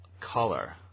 color